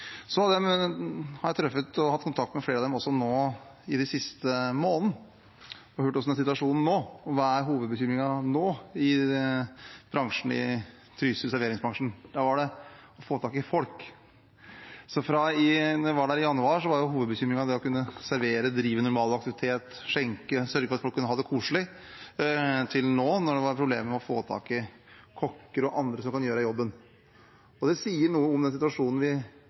har truffet og hatt kontakt med flere av dem også nå den siste måneden og hørt hvordan situasjonen er, hva hovedbekymringen er i serveringsbransjen i Trysil nå. Nå var det å få tak i folk. Da jeg var der i januar, var hovedbekymringen det å kunne servere, drive normal aktivitet, skjenke og sørge for at folk kunne ha det koselig, og nå var det problemer med å få tak i kokker og andre som kan gjøre jobben. Det sier noe om den situasjonen vi